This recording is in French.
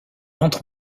entre